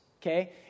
Okay